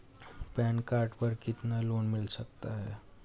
Pan card पर कितना loan मिल सकता है?